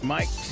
Mike